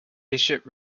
bishop